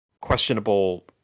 questionable